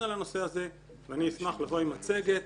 על הנושא הזה ואני אשמח לבוא עם מצגת.